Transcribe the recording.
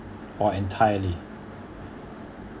or entirely